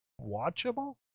watchable